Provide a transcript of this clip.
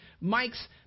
Mike's